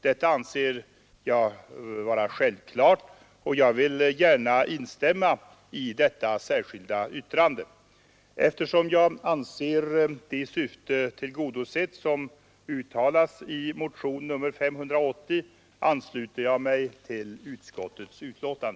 Detta anser jag vara självklart, och jag vill gärna instämma i detta särskilda yttrande. Eftersom jag anser det syfte tillgodosett som uttalats i motionen 580 ansluter jag mig till utskottets förslag.